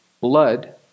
blood